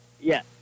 Yes